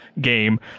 game